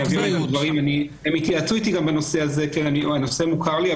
הם גם התייעצו איתי בנושא הזה והנושא מוכר לי,